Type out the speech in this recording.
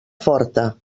forta